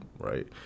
right